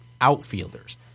outfielders